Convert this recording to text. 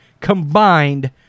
combined